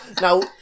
Now